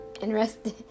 interested